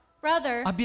brother